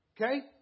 okay